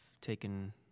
taken